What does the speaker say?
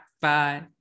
Bye